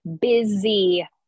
Busy